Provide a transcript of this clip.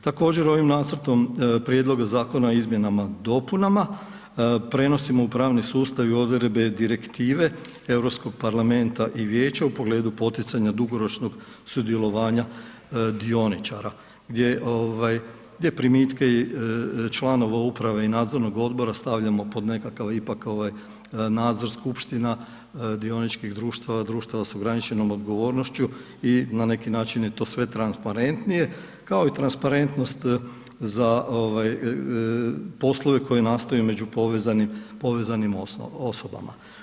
Također ovim nacrtom prijedloga zakona o izmjenama i dopunama prenosimo u pravni sustav i odredbe Direktive Europskog parlamenta i vijeća u pogledu poticanja dugoročnog sudjelovanja dioničara gdje primitke članova uprave i nadzornog odbora stavljamo pod nekakav ipak nadzor skupština dioničkih društava, društava s ograničenom odgovornošću i na neki način je sve to transparentnije, kao i transparentnost za poslove koji nastaju među povezanim osobama.